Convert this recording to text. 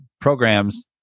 programs